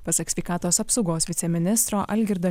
pasak sveikatos apsaugos viceministro algirdo